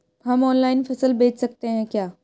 हम ऑनलाइन फसल बेच सकते हैं क्या?